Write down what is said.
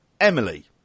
Emily